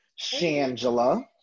Shangela